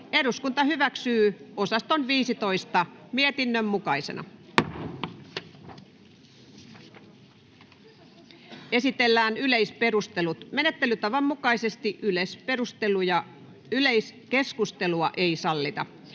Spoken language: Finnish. osaston yksityiskohtaiseen käsittelyyn. Esitellään yleisperustelut. Menettelytavan mukaisesti yleiskeskustelua ei sallita.